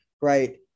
right